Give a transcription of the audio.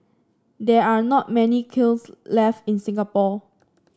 there are not many kilns left in Singapore